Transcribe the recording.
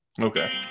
Okay